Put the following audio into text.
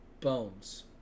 Bones